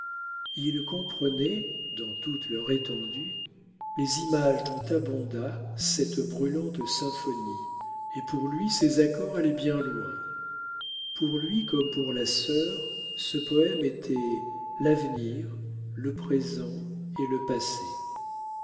il comprenait dans toute leur étendue les images dont abonda cette brûlante symphonie et pour lui ces accords allaient bien loin pour lui comme pour la sœur ce poème était l'avenir le présent et le passé